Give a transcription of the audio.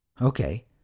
Okay